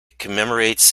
commemorates